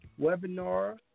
webinar